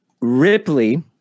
Ripley